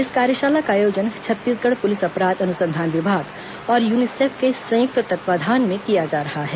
इस कार्यशाला का आयोजन छत्तीसगढ़ पुलिस अपराध अनुसंधान विभाग और यूनिसेफ के संयुक्त तत्ववधान में किया जा रहा है